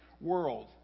world